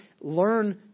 learn